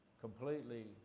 completely